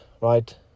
right